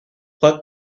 pluck